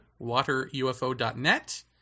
waterufo.net